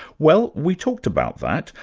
well, we talked about that,